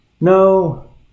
no